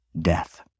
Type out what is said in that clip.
death